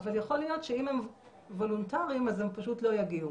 אבל יכול להיות שאם הם וולונטריים אז הם פשוט לא יגיעו